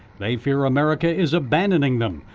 they fear america is abandoning them.